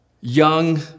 young